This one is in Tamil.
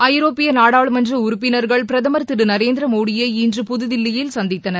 ஐரோப்பிய நாடாளுமன்ற உறுப்பினர்கள் பிரதமர் திரு நரேந்திர மோடியை இன்று புதுதில்லியில் சந்தித்தனர்